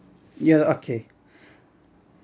yeah okay